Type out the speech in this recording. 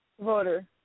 voter